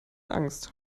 angst